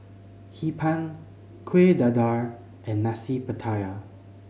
Hee Pan Kuih Dadar and Nasi Pattaya